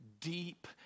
deep